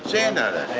and